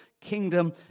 kingdom